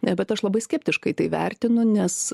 ne bet aš labai skeptiškai tai vertinu nes